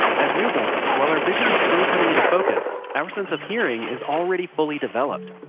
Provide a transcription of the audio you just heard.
as newborns, while our vision is still coming into focus, our sense of hearing is already fully developed.